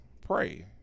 pray